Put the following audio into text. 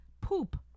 poop